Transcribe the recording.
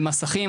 למסכים,